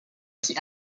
qui